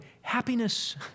happiness